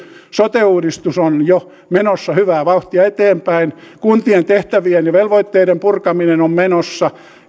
sote uudistus on jo menossa hyvää vauhtia eteenpäin kuntien tehtävien ja velvoitteiden purkaminen on menossa